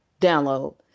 download